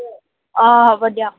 অঁ হ'ব দিয়ক